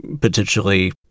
potentially